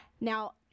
Now